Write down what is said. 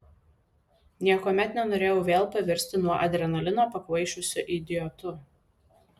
niekuomet nenorėjau vėl pavirsti nuo adrenalino pakvaišusiu idiotu